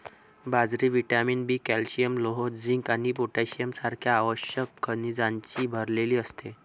बाजरी vitamin B, calcium, लोह, zinc आणि पोटॅशियम सारख्या आवश्यक खनिजांनी भरलेली असते